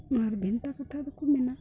ᱚᱱᱟ ᱵᱷᱮᱱᱛᱟ ᱠᱟᱛᱷᱟ ᱫᱚᱠᱚ ᱢᱮᱱᱟ